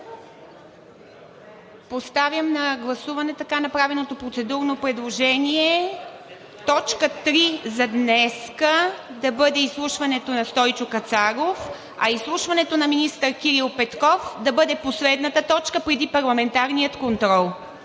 Поставям на гласуване така направеното процедурно предложение: т. 3 за днес да бъде изслушването на Стойчо Кацаров, а изслушването на министър Кирил Петков да бъде последната точка преди Парламентарния контрол.